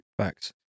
Facts